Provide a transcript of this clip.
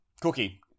Cookie